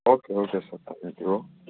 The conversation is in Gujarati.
ઓકે ઓકે સાહેબ થેન્ક યુ હોં